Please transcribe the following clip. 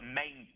main